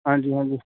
ਹਾਂਜੀ ਹਾਂਜੀ